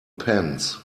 pence